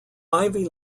ivy